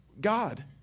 God